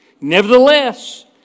Nevertheless